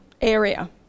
area